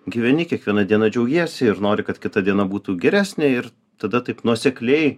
gyveni kiekviena diena džiaugiesi ir nori kad kita diena būtų geresnė ir tada taip nuosekliai